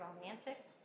romantic